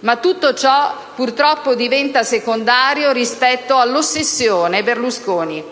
Ma tutto ciò, purtroppo, diventa secondario rispetto all'ossessione Berlusconi.